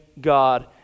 God